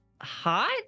hot